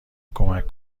کمک